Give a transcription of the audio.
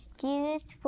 Jesus